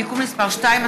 (תיקון מס' 2),